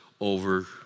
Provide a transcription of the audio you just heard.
over